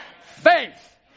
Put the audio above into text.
Faith